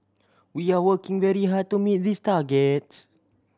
we are working very hard to meet these targets